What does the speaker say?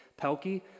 Pelkey